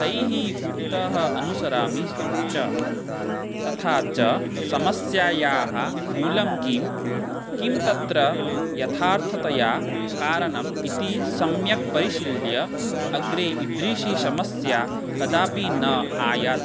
तैः उक्तः अनुसरामि च तथा च समस्यायाः मूलं किं किं तत्र यथार्थतया कारणम् इति सम्यक् परिशील्य अग्रे ईद्दृशी समस्या कदापि न आयात्